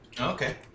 Okay